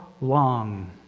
long